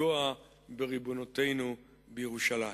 לפגוע בריבונותנו בירושלים.